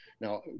now